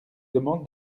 demande